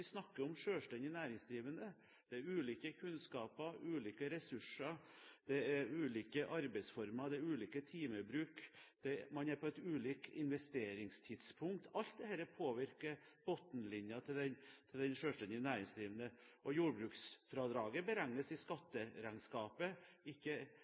snakker om selvstendig næringsdrivende. Det er ulike kunnskaper, ulike ressurser, det er ulike arbeidsformer, ulik timebruk, og man er på ulike investeringstidspunkt. Alt dette påvirker bunnlinjen til den selvstendig næringsdrivende. Jordbruksfradraget beregnes i